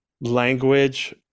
language